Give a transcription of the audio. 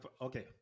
okay